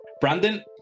Brandon